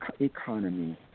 economy